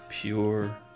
Pure